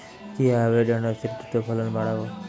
কিভাবে ঢেঁড়সের দ্রুত ফলন বাড়াব?